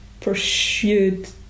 pursued